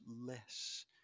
less